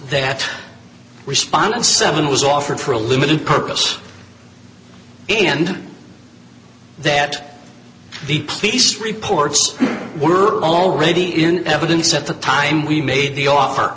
to respond and seven was offered for a limited purpose and that the pleece reports were already in evidence at the time we made the offer